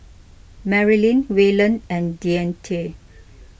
Marilynn Wayland and Deante